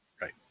Right